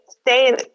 stay